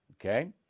okay